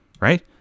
right